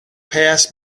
passed